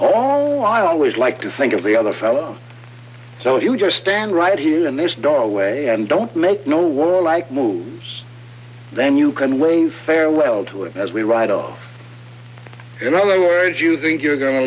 while always like to think of the other fellow so you just stand right here in this doorway and don't make no warlike moves then you can wave farewell to him as we ride off in other words you think you're going to